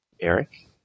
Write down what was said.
Eric